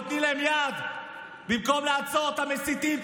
נותנים להם יד במקום לעצור את המסיתים,